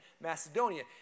Macedonia